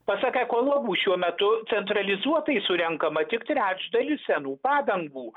pasak ekologų šiuo metu centralizuotai surenkama tik trečdalį senų padangų